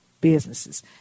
businesses